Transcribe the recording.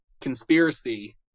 conspiracy